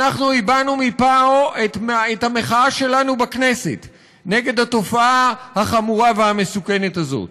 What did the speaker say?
אנחנו הבענו מפה את המחאה שלנו בכנסת נגד התופעה החמורה והמסוכנת הזאת.